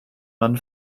man